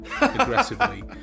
aggressively